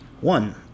One